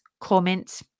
comment